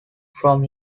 from